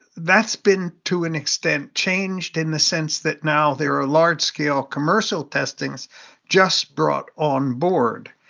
that's been, to an extent, changed in the sense that now there are large-scale commercial testings just brought on board.